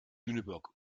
lüneburg